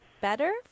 better